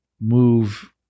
move